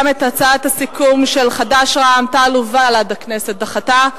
גם את הצעת הסיכום של חד"ש רע"ם-תע"ל ובל"ד הכנסת דחתה.